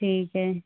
ठीक है